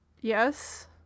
yes